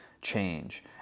change